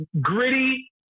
gritty